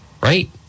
Right